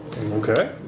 Okay